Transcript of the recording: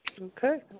Okay